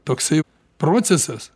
toksai procesas